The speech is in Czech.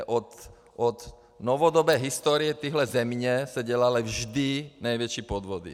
Kde od novodobé historie téhle země se dělaly vždy největší podvody.